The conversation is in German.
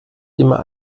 immer